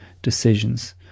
Decisions